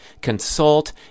consult